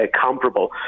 comparable